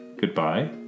goodbye